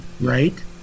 Right